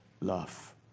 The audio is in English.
love